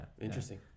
Interesting